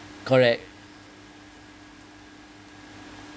correct